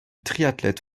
triathlète